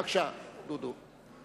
בבקשה, דודו.